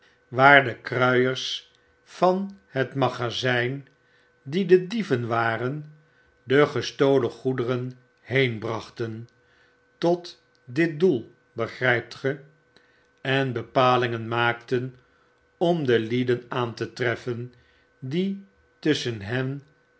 de kruiers van het magazyn die de dieven waren de gestolen goederen heenbrachten tot dit doel begrijpt ge en bepalingen maakten om de heden aan te treffen die tusschen hen